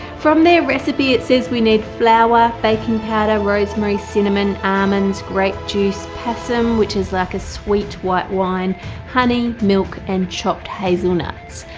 from their recipe it says we need flour baking powder rosemary cinnamon almonds grape juice passum which is like a sweet white wine honey milk and chopped hazelnuts.